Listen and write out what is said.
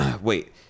Wait